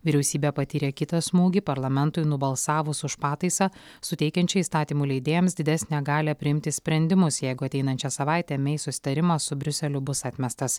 vyriausybė patyrė kitą smūgį parlamentui nubalsavus už pataisą suteikiančią įstatymų leidėjams didesnę galią priimti sprendimus jeigu ateinančią savaitę mey susitarimas su briuseliu bus atmestas